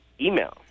Email